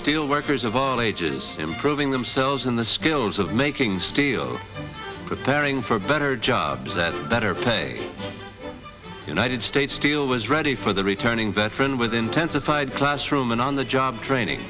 steel workers of all ages improving themselves in the skills of making steel preparing for better jobs that better pay united states steel was ready for the returning veteran with intensified classroom and on the job training